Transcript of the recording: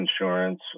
insurance